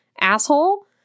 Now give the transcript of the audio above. asshole